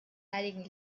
heiligen